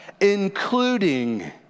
including